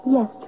Yes